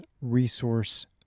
resource